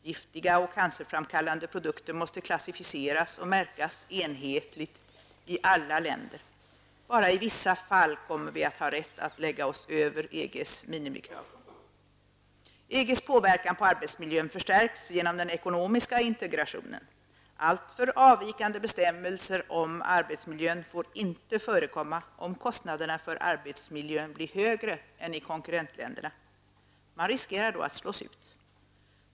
Giftiga och cancerframkallande produkter måste klassificeras och märkas enhetligt i alla länder. Vi kommer bara att ha rätt att lägga oss över EGs minimikrav i vissa fall. EGs påverkan på arbetsmiljön förstärks genom den ekonomiska integrationen. Alltför avvikande bestämmelser om arbetsmiljön får ej förekomma om kostnaderna för arbetsmiljön blir högre än i konkurrentländerna. Man riskerar då att slås ut.